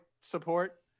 support